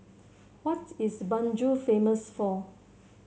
what is Banjul famous for